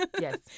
Yes